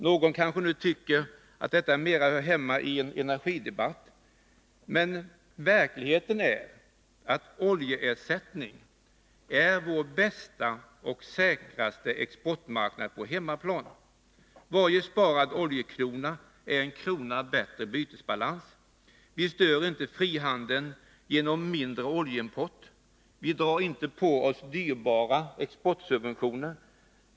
Någon kanske nu tycker att detta resonemang mera hör hemmaii en energidebatt, men verkligheten är sådan att oljeersättning är vår bästa och säkraste ”exportmarknad på hemmaplan”. Varje sparad oljekrona är en kronas bättre bytesbalans. Vi stör inte frihandeln genom mindre oljeimport. Vi drar inte på oss dyrbara exportsubventioner.